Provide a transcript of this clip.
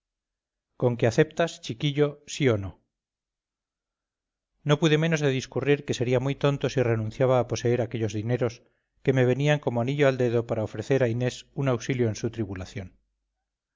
con que aceptas chiquillo sí o no no pude menos de discurrir que sería muy tonto si renunciaba a poseer aquellos dineros que me venían como anillo al dedo para ofrecer a inés un auxilio en su tribulación